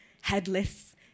headless